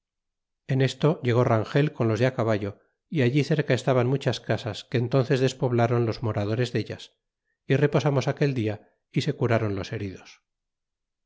en esto llegó rangel con los de caballo allí cerca estaban muchas casas que entónces despoblron los moradores dellas y reposamos aquel dia y se curron los heridos